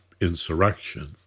insurrection